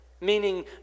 Meaning